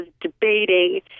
debating